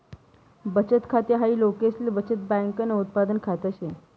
बचत खाते हाय लोकसले बचत बँकन उत्पादन खात से